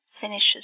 finishes